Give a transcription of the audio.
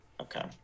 okay